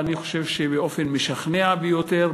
אני חושב שבאופן משכנע ביותר,